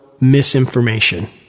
misinformation